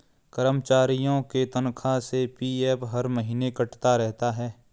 कर्मचारियों के तनख्वाह से पी.एफ हर महीने कटता रहता है